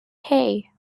hey